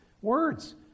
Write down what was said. words